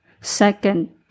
Second